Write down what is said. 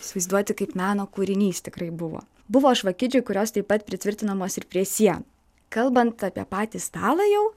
įsivaizduoti kaip meno kūrinys tikrai buvo buvo žvakidžių kurios taip pat pritvirtinamos ir prie sienų kalbant apie patį stalą jau